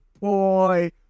boy